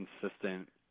consistent